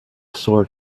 sword